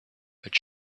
but